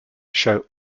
show